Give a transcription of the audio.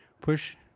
Push